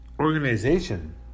organization